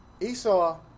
Esau